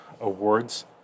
awards